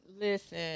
listen